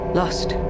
lost